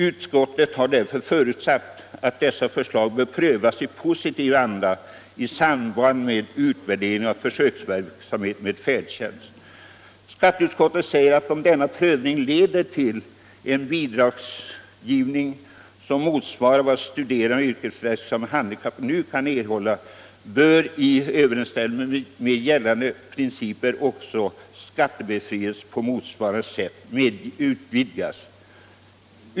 Utskottet har därvid förutsatt att dessa förslag bör prövas i positiv anda i samband med utvärderingen av försöksverksamheten med färdtjänst. Skatteutskottet säger att om denna prövning leder till en bidragsgivning som motsvarar vad studerande och yrkesverksamma handikappade nu kan erhålla bör i överensstämmelse med gällande principer också skattebefrielsen på motsvarande sätt utvidgas.